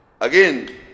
Again